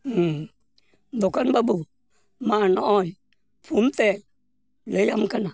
ᱦᱮᱸ ᱫᱚᱠᱟᱱ ᱵᱟᱹᱵᱩ ᱢᱟ ᱱᱚᱜᱼᱚᱸᱭ ᱯᱷᱳᱱᱛᱮ ᱞᱟᱹᱭᱟᱢ ᱠᱟᱱᱟ